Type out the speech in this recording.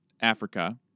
Africa